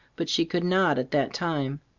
but she could not at that time.